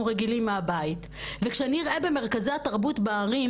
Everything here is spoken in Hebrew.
רגילים מהבית וכשאני אראה במרכזי התרבות בערים